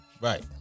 Right